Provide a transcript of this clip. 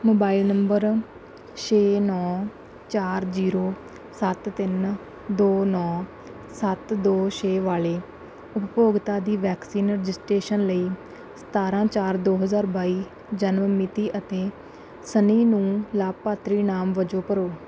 mobile number ਛੇ ਨੌਂ ਚਾਰ ਜ਼ੀਰੋ ਸੱਤ ਤਿੰਨ ਦੋ ਨੌਂ ਸੱਤ ਦੋ ਛੇ ਵਾਲੇ ਉਪਭੋਗਤਾ ਦੀ ਵੈਕਸੀਨ ਰਜਿਸਟ੍ਰੇਸ਼ਨ ਲਈ ਸਤਾਰ੍ਹਾਂ ਚਾਰ ਦੋ ਹਜ਼ਾਰ ਬਾਈ ਜਨਮ ਮਿਤੀ ਅਤੇ ਸਨੀ ਨੂੰ ਲਾਭਪਾਤਰੀ ਨਾਮ ਵਜੋਂ ਭਰੋ